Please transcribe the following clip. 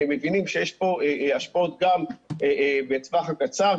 מבינים שיש פה השפעות גם בטווח הקצר,